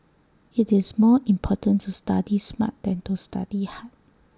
IT is more important to study smart than to study hard